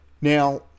Now